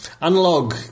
Analog